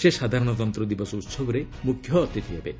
ସେ ସାଧାରଣତନ୍ତ୍ର ଦିବସ ଉତ୍ସବରେ ମୁଖ୍ୟ ଅତିଥି ହେବେ